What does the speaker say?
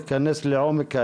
שאמרתי לכל אורך הדברים,